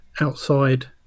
outside